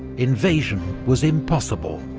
invasion was impossible,